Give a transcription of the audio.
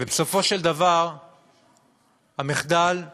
ובסופו של דבר המחדל הגדול,